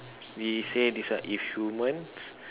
we say this one if humans